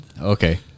okay